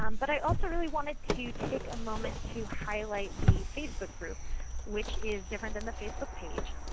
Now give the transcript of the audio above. um but i also really wanted to take a moment to highlight the facebook group which is different than the facebook page.